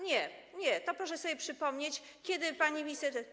Nie, proszę sobie przypomnieć, kiedy pani minister.